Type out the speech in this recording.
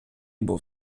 був